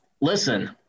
listen